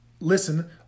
listen